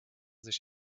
sich